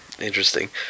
interesting